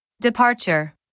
Departure